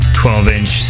12-inch